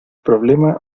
problema